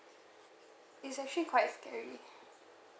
it's actually quite scary